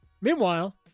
Meanwhile